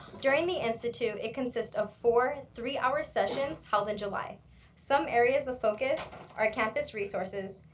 during the institute, it consists of four three-hour sessions held in july some areas of focus are campus resources,